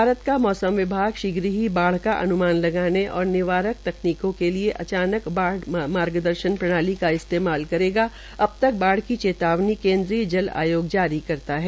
भारत का मौसम विभाग शीघ्र की बाढ़ का अन्मान लगाने और निवारक तकनीकों के लिये अचानक बाढ़ मार्गदर्शन प्रणाली का इस्तेमाल करेगा अबतक बाढ़ की चेतावनी केन्द्रीय जल आयोग जारी करता है